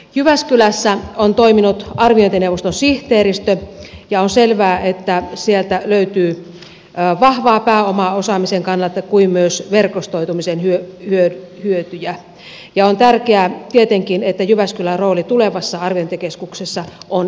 jyväskylässä on toiminut arviointineuvoston sihteeristö ja on selvää että sieltä löytyy vahvaa pääomaa osaamisen kannalta kuin myös verkostoitumisen hyötyjä ja on tärkeää tietenkin että jyväskylän rooli tulevassa arviointikeskuksessa on edelleenkin vahva